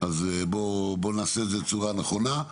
אז בואו נעשה את זה בצורה נכונה,